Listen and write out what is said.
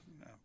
No